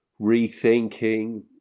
rethinking